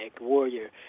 Warrior